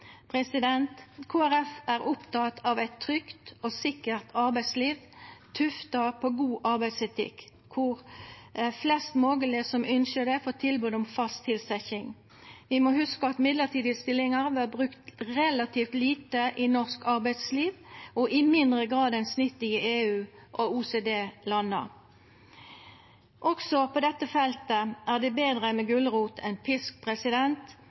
er oppteke av eit trygt og sikkert arbeidsliv tufta på god arbeidsetikk, der flest mogleg som ønskjer det, får tilbod om fast tilsetjing. Vi må hugsa at mellombelse stillingar vert brukt relativt lite i norsk arbeidsliv, og i mindre grad enn snittet i EU og OECD-landa. Også på dette feltet er det betre med gulrot enn pisk.